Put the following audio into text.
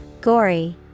Gory